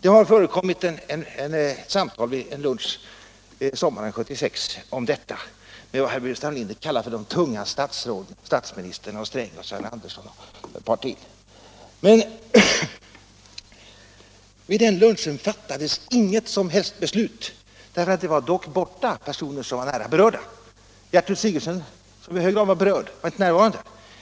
Det fördes ett samtal vid en lunch sommaren 1976 om detta. Vad herr Burenstam Linder kallar de tunga statsråden var med — statsministern, herrar Sträng och Sven Andersson och ett par till — men vid den lunchen fattades inget som helst beslut. I sällskapet saknades personer som var nära berörda. Gertrud Sigurdsen, som i hög grad var berörd, var inte närvarande.